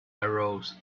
arose